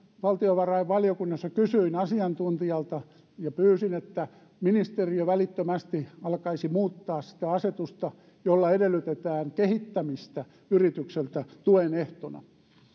valtiovarainvaliokunnassa kysyin asiantuntijalta ja pyysin että ministeriö välittömästi alkaisi muuttaa sitä asetusta jolla edellytetään kehittämistä yritykseltä tuen ehtona